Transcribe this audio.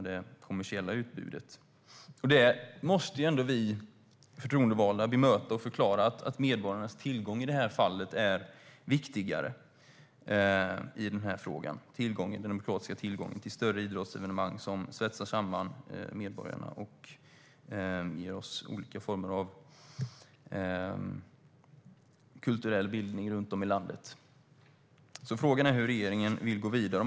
Detta måste vi förtroendevalda ändå bemöta och förklara: Medborgarnas tillgång är viktigare i det här fallet. Det handlar om den demokratiska tillgången till större idrottsevenemang som svetsar samman medborgarna och ger oss olika former av kulturell bildning.Frågan är hur regeringen vill gå vidare.